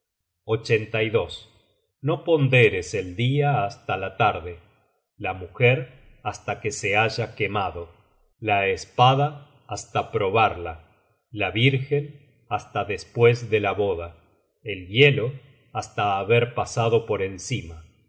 no ponderes el dia hasta la tarde la mujer hasta que se haya quemado la espada hasta probarla la vírgen hasta despues de la boda el hielo hasta haber pasado por encima